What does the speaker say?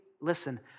listen